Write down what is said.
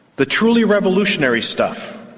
the truly revolutionary stuff,